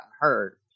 hurt